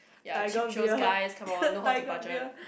Tiger beer Tiger beer